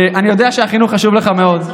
אני יודע שהחינוך חשוב לך מאוד.